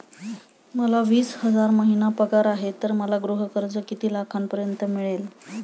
मला वीस हजार महिना पगार आहे तर मला गृह कर्ज किती लाखांपर्यंत मिळेल?